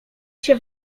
się